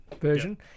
version